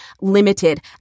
limited